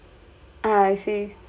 ah I see